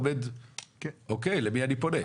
אתה כאזרח עומד ואומר אוקיי למי אני פונה?